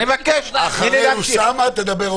אני מבקש --- אחרי אוסאמה תדבר אוסנת.